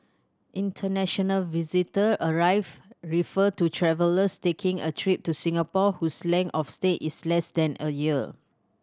international visitor arrive refer to travellers taking a trip to Singapore whose length of stay is less than a year